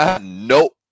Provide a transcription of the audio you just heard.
nope